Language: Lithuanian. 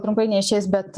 trumpai neišeis bet